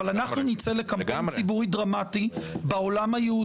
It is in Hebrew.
אבל אנחנו נצא לקמפיין ציבורי דרמטי בעולם היהודי,